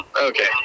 Okay